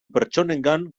pertsonengan